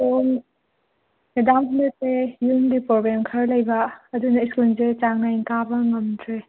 ꯑꯣ ꯃꯦꯗꯥꯝ ꯍꯟꯗꯛꯁꯦ ꯌꯨꯝꯒꯤ ꯄ꯭ꯔꯣꯕ꯭ꯂꯦꯝ ꯈꯔ ꯂꯩꯕ ꯑꯗꯨꯅ ꯁ꯭ꯀꯨꯜꯁꯦ ꯆꯥꯡꯅꯥꯏꯅ ꯀꯥꯕ ꯉꯝꯗ꯭ꯔꯦ